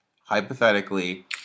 Hypothetically